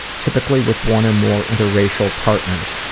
typically with one or more interracial partners.